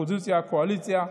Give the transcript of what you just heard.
קואליציה,